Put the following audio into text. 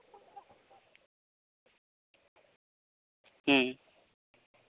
ᱦᱩᱸ